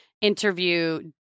interview